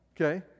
okay